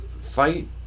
fight